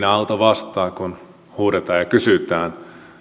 aalto vastaa kun huudetaan ja kysytään